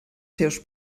seus